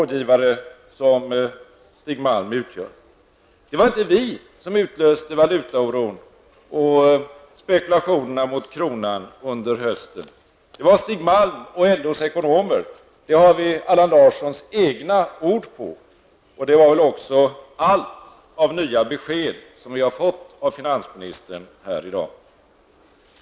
Det var inte vi som utlöste valutaoron och spekulationerna mot kronan under hösten. Det var Stig Malm och LOs ekonomer. Det har vi Allan Larssons egna ord på. Och det var väl också allt av nya besked som vi har fått från finansministern här i dag.